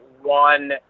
one